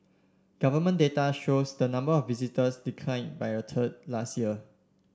government data shows the number of visitors decline by a third last year